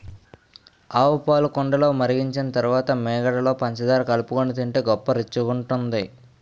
ఆవుపాలు కుండలో మరిగించిన తరువాత మీగడలో పంచదార కలుపుకొని తింటే గొప్ప రుచిగుంటది